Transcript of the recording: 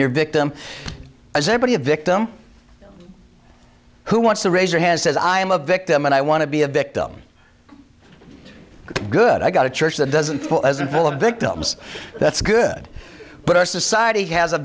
your victim as anybody a victim who wants to raise your hand says i am a victim and i want to be a victim good i got a church that doesn't pull as in full of victims that's good but our society has a